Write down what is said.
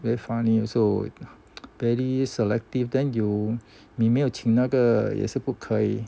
very funny also very selective then you 你没有请那个也是不可以